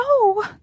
no